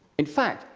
in fact,